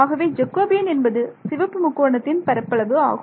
ஆகவே ஜெகோபியன் என்பது சிவப்பு முக்கோணத்தின் பரப்பளவு ஆகும்